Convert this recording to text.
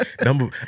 Number